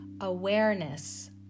awareness